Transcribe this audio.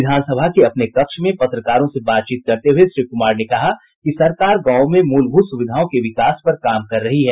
विधान सभा के अपने कक्ष में पत्रकारों से बातचीत करते हुए श्री कुमार ने कहा कि सरकार गांवों में मूलभूत सुविधाओं के विकास पर काम कर रही है